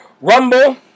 rumble